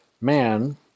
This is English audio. man